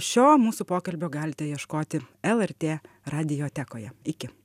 šio mūsų pokalbio galite ieškoti lrt radiotekoje iki